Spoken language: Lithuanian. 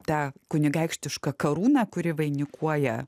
ta kunigaikštiška karūna kuri vainikuoja